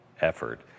effort